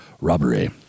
robbery